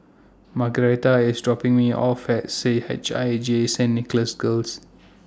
Margaretta IS dropping Me off At C H I J Saint Nicholas Girls